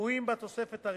שקבועים בתוספת הראשונה.